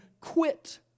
quit